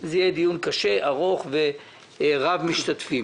זה יהיה דיון קשה, ארוך ורב משתתפים.